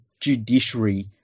judiciary